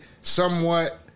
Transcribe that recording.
somewhat